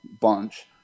bunch